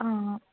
आ